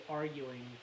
arguing